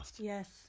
Yes